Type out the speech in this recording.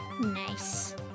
Nice